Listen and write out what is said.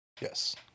Yes